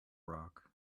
rock